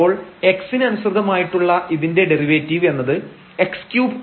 അപ്പോൾ x ന് അനുസൃതമായിട്ടുള്ള ഇതിന്റെ ഡെറിവേറ്റീവ് എന്നത് ആണ്